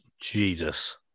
Jesus